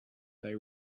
they